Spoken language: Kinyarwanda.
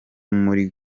muri